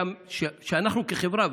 ושאנחנו כחברה,